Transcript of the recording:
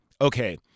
Okay